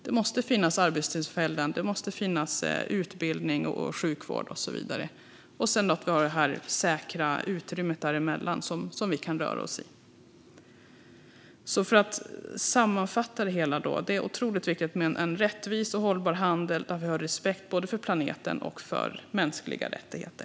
Det måste finnas arbetstillfällen, utbildning och sjukvård och så vidare. Sedan finns det säkra utrymmet däremellan som vi kan röra oss i. Låt mig sammanfatta med att det är otroligt viktigt med en rättvis och hållbar handel med respekt för planeten och för mänskliga rättigheter.